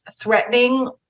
threatening